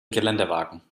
geländewagen